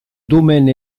domaine